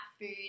food